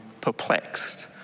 perplexed